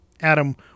Adam